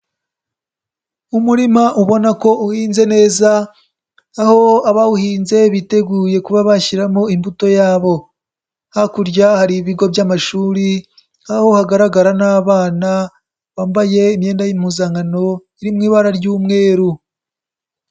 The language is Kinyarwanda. Umurima ubona ko uhinze neza aho abawuhinze biteguye kuba bashyiramo imbuto yabo, hakurya hari ibigo by'amashuri, aho hagaragara n'abana bambaye imyenda y'impuzankano iri mu ibara ry'umweru.